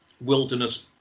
wilderness